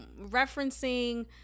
referencing